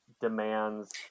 demands